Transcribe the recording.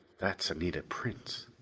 that's anita prince.